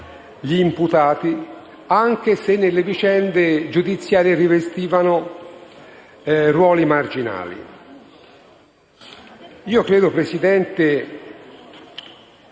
anche se nelle vicende giudiziarie rivestivano ruoli marginali. Credo, signor Presidente,